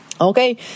Okay